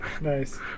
Nice